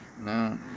No